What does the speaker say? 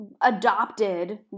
adopted